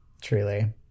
truly